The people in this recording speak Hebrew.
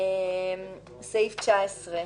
בסעיף 19,